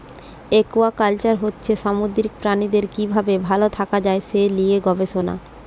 aquaculture হচ্ছে সামুদ্রিক প্রাণীদের কি ভাবে ভাল থাকা যায় সে লিয়ে গবেষণা